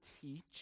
teach